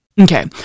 Okay